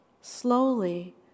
slowly